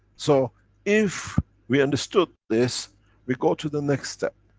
so if we understood this we go to the next step.